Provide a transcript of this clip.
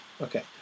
Okay